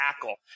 tackle